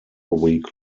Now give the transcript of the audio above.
week